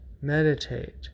meditate